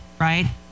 right